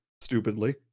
stupidly